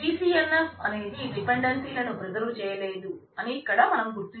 BCNF అనేది dependency లను preserve సాధ్యం కాదు అని చెప్పవచ్చు